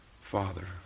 Father